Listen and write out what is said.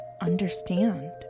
understand